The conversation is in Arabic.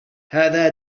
هذا